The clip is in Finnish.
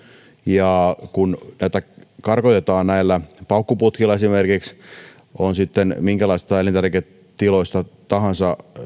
ja kun karkotetaan esimerkiksi näillä paukkuputkilla on sitten minkälaisista elintarviketiloista tahansa